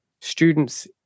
students